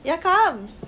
ya come